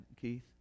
Keith